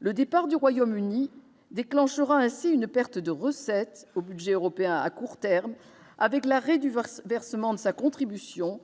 Le départ du Royaume-Uni déclenchera ainsi une perte de recettes à court terme, avec l'arrêt du versement de sa contribution,